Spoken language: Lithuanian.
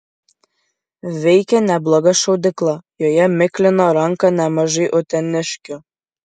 veikė nebloga šaudykla joje miklino ranką nemažai uteniškių